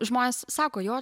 žmonės sako jo